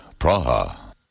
Praha